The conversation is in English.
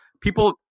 People